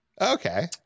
Okay